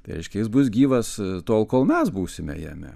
tai reiškia jis bus gyvas tol kol mes būsime jame